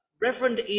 Reverend